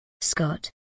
Scott